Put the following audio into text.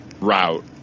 route